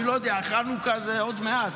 אני לא יודע, חנוכה זה עוד מעט,